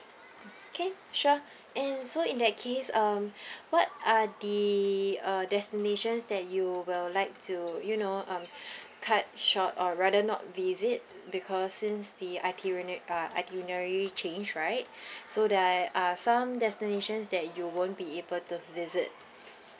okay sure and so in that case um what are the uh destinations that you will like to you know um cut short or rather not visit because since the itene~ uh itinerary change right so there are some destinations that you won't be able to visit